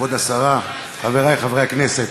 כבוד השרה, חברי חברי הכנסת,